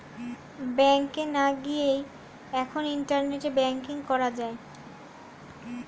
ব্যাংকে না গিয়েই এখন ইন্টারনেটে ব্যাঙ্কিং করা যায়